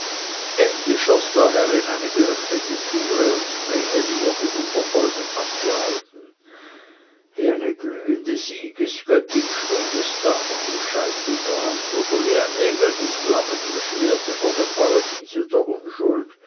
endlich schoß der herr in eine geöffnete türe und vreneli wurde vom verfolgen abgehalten wie eine glühende siegesgöttin stund es da mit dem scheit in der hand oder wie ein engel mit flammendem schwerte vor dem paradiese der unschuld